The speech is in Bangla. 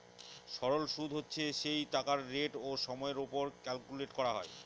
সরল সুদ হচ্ছে সেই টাকার রেট ও সময়ের ওপর ক্যালকুলেট করা হয়